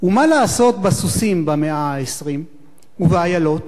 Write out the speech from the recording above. "ומה לעשות בסוסים במאה העשרים / ובאיילות?